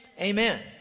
Amen